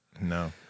No